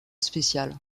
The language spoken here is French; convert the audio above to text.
spécial